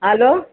hello